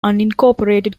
unincorporated